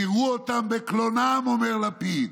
תראו אותם בקלונם", אומר יאיר לפיד,